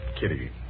Kitty